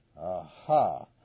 Aha